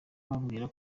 bambwira